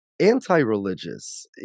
anti-religious